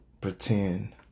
pretend